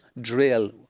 drill